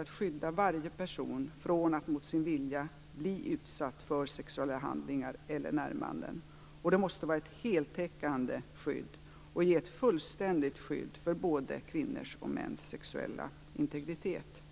att skydda varje person från att mot sin vilja bli utsatt för sexuella handlingar eller närmanden, att det måste vara ett heltäckande skydd och att ge ett fullständigt skydd för både kvinnors och mäns sexuella integritet.